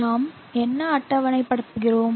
நாம் என்ன அட்டவணைப்படுத்துகிறோம்